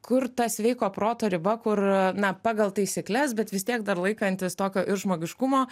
kur ta sveiko proto riba kur na pagal taisykles bet vis tiek dar laikantis tokio ir žmogiškumo